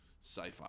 sci-fi